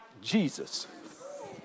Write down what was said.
Jesus